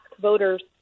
voters